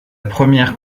première